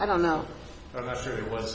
i don't know what